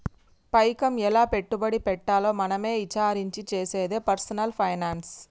పైకం ఎలా పెట్టుబడి పెట్టాలో మనమే ఇచారించి చేసేదే పర్సనల్ ఫైనాన్స్